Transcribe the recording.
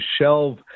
shelve